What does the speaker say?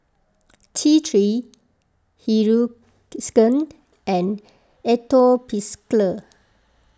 T three Hiruscar and Atopiclair